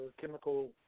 chemical